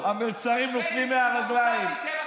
שמענו, שמענו את המחאה.